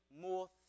more